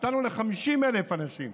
נתנו ל-50,000 אנשים.